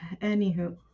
Anywho